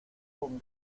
con